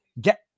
Get